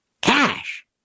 Cash